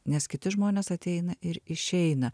nes kiti žmonės ateina ir išeina